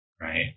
right